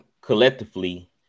collectively